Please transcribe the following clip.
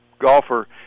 golfer